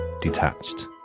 detached